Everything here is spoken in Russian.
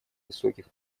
высоких